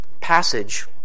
passage